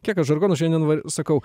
kiek aš žargonų šiandien va sakau